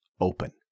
open